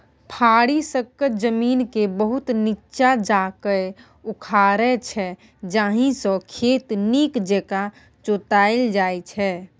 फारी सक्खत जमीनकेँ बहुत नीच्चाँ जाकए उखारै छै जाहिसँ खेत नीक जकाँ जोताएल जाइ छै